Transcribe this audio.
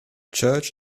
church